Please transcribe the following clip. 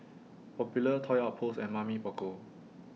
Popular Toy Outpost and Mamy Poko